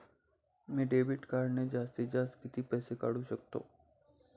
मी debit कार्डने जास्तीत जास्त किती पैसे काढू शकतो?